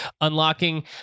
Unlocking